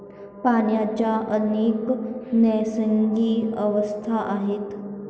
पाण्याच्या अनेक नैसर्गिक अवस्था आहेत